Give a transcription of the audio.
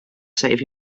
save